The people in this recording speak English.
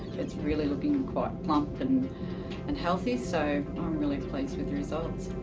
it's really looking quite plump and and healthy. so, i'm really pleased with the results.